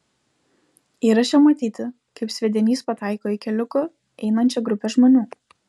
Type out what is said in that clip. įraše matyti kaip sviedinys pataiko į keliuku einančią grupę žmonių